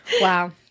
Wow